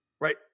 Right